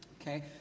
okay